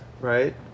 right